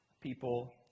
people